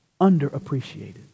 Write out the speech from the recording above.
underappreciated